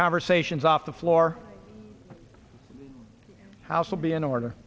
conversations off the floor house will be in order